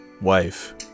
Wife